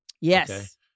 Yes